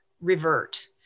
revert